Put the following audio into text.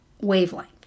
wavelength